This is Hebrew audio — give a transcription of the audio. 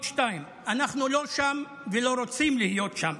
2". אנחנו לא שם ולא רוצים להיות שם,